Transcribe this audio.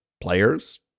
Players